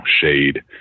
shade